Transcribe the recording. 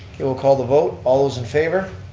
okay we'll call the vote, all those in favor?